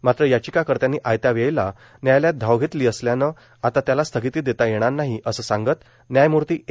मात्र याचिकाकर्त्यांनी आयत्या वेळेला न्यायालयात धाव घेतली असल्यानं आता त्याला स्थगिती देता येणार नाही असं सांगत न्यायमूर्ती ए